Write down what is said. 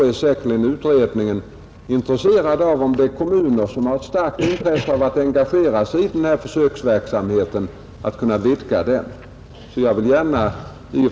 Om man i någon kommun har ett starkt intresse av att engagera sig i denna försöksverksamhet, så är glesbygdsutredningen helt säkert intresserad av att vidga den.